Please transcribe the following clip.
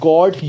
God